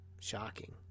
Shocking